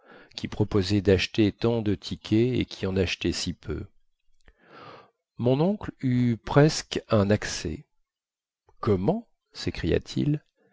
qui proposait dacheter tant de tickets et qui en achetait si peu mon oncle eut presque un accès comment